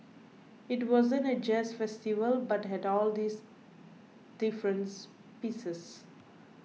it wasn't a jazz festival but had all these different pieces